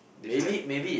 they feel like ya